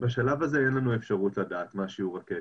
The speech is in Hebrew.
בשלב הזה אין לנו אפשרות לדעת מה שיעור הכשל.